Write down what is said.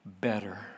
better